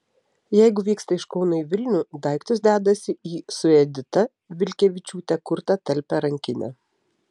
jeigu vyksta iš kauno į vilnių daiktus dedasi į su edita vilkevičiūte kurtą talpią rankinę